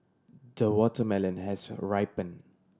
the watermelon has ripen